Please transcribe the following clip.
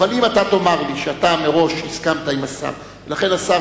אבל אם אתה תאמר לי שאתה מראש הסכמת עם השר ולכן השר